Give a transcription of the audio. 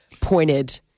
pointed